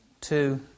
two